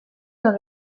dans